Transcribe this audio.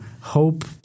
hope –